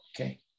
Okay